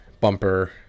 bumper